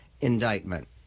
indictment